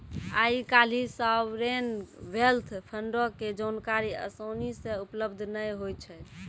आइ काल्हि sovereign wealth फंडो के जानकारी असानी से उपलब्ध नै होय छै